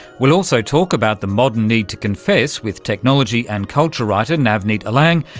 we'll also talk about the modern need to confess, with technology and culture writer navneet alang,